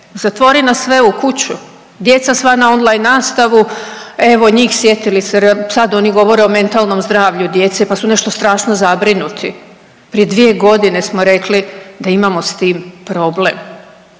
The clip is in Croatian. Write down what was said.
zatvori nas sve u kuću, djeca sva na on line nastavu evo njih sjetili se sad oni govore o mentalnom zdravlju djece, pa su nešto strašno zabrinuti. Prije dvije godine smo rekli da imamo s tim problem.